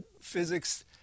physics